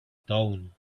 tone